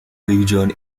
religion